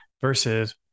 versus